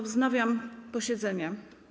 Wznawiam posiedzenie.